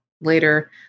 later